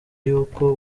y’uko